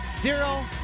zero